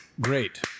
Great